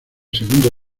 segundo